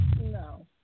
no